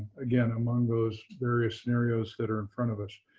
again, among those various scenarios that are in front of us.